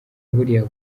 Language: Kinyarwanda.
buriya